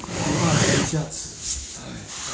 读大学一下子